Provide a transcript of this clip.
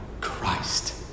Christ